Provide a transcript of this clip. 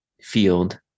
field